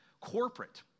corporate